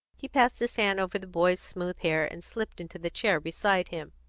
he passed his hand over the boy's smooth hair and slipped into the chair beside him.